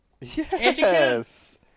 Yes